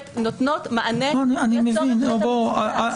נותנות מענה לצורך שאתה מצביע עליו.